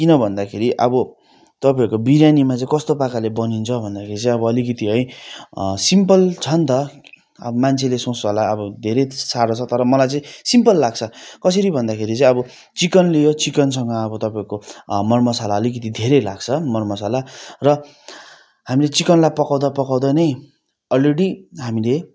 किन भन्दाखेरि अब तपाईँहरूको बिर्यानीमा चाहिँ कस्तो प्रकारले बनिन्छ भन्दाखेरि चाहिँ अब अलिकिति है सिम्पल छन् त अब मान्छेले सोच्छ होला अब धेरै साह्रो छ तर मलाई चैँ सिम्पल लाग्छ कसरी भन्दाखेरि चाहिँ अब चिकन ल्यायो चिकनसँग अब तपाईँको मर मसाला अलिकिति धेरै लाग्छ मर मसाला र हामीले चिकनलाई पकाउँदा पकाउँदा नै अलरेडी हामीले